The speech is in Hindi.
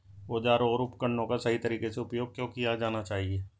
औजारों और उपकरणों का सही तरीके से उपयोग क्यों किया जाना चाहिए?